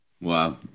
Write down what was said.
Wow